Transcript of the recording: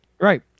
Right